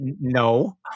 No